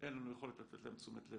אין לנו יכולת לתת להם תשומת לב,